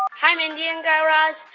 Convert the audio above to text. hi, mindy and guy raz.